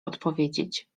odpowiedzieć